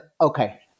Okay